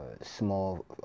small